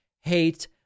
hate